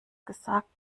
gesagten